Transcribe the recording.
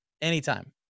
Anytime